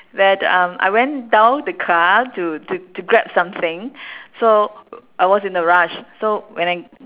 where the um I went down the car to to to grab something so I was in a rush so when I